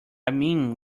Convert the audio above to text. mean